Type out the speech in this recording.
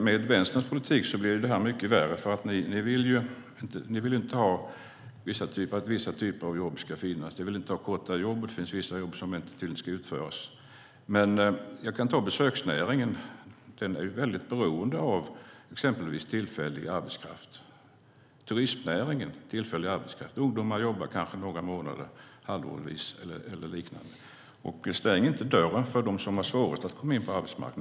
Med Vänsterns politik blir det här mycket värre, för ni vill inte att vissa typer av jobb ska finnas. Ni vill inte ha korta jobb, och det finns vissa jobb som tydligen inte ska utföras. Jag kan ta besöksnäringen som exempel. Den är väldigt beroende av tillfällig arbetskraft, till exempel ungdomar som jobbar några månader, halvårsvis eller liknande. Stäng inte dörren för dem som har svårast att komma in på arbetsmarknaden!